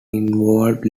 involved